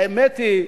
האמת היא,